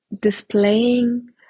displaying